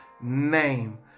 name